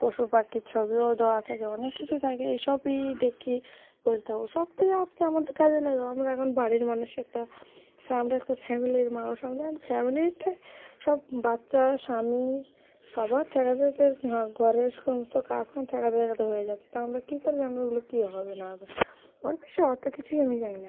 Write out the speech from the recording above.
পশু পাখির ছবিও দেওয়া থাকে অনেক কিছু থাকে এই সবই দেখি করি তা ওসব তো আর কি আমাদের কাজে লাগে আমরা এখন বাড়ির মানুষ একটা আমরা একটা ফ্যামিলির মানুষ আমাদের এখন ফ্যামিলিতে সব বাচ্চা স্বামী সবার ঠেকাতে ঠেকাতে ঘরের সমস্ত কাজ কাম ঠেকাতে ঠেকাতে হয়ে যাচ্ছে তা আমরা কী করে জানব ওগুলো কী হবে না হবে ওর বেশি অত কিছুই আমি জানি না